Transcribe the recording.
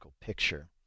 picture